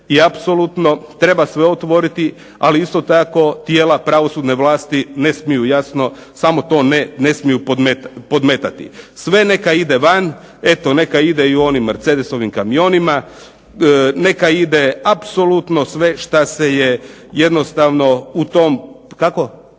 i apsolutno treba sve otvoriti ali isto tako tijela pravosudne vlasti ne smiju jasno, samo to ne, ne smiju podmetati. Sve neka ide van. Eto, neka ide i onim mercedesovim kamionima, neka ide apsolutno sve šta se jednostavno u tom